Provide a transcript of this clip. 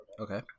Okay